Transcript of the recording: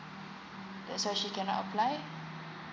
that's why she cannot apply